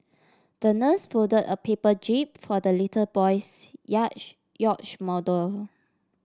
the nurse folded a paper jib for the little boy's yacht model